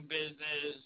business